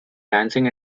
dancing